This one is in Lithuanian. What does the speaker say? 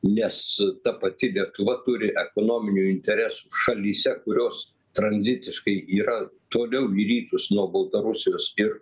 nes ta pati lietuva turi ekonominių interesų šalyse kurios tranzitiškai yra toliau į rytus nuo baltarusijos ir